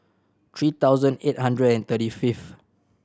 three thousand eight hundred and thirty fifth